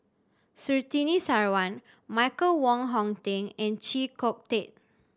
Surtini Sarwan Michael Wong Hong Teng and Chee Kong Tet